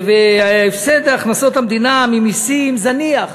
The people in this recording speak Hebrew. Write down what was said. הפסד הכנסות המדינה ממסים זניח,